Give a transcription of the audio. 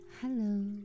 Hello